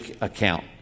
account